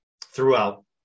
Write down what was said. throughout